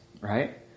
right